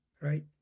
Right